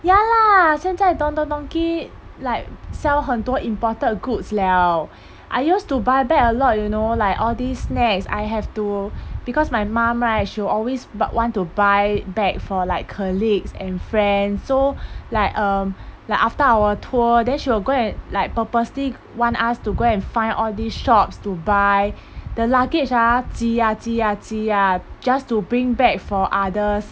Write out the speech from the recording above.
ya lah 现在 don-don-donki like sell 很多 imported goods liao I used to buy back a lot you know like all these snacks I have to because my mom right she will always but want to buy back for like colleagues and friend so like um like after our tour then she will go and like purposely want us to go and find all these shops to buy the luggage ah 挤啊挤啊挤啊 just to bring back for others